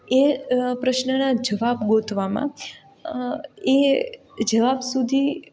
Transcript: એ પ્રશ્નના જવાબ ગોતવામાં એ જવાબ સુધી